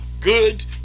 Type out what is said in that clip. good